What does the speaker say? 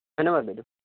ধন্যবাদ বাইদেউ